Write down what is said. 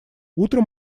утром